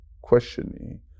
questioning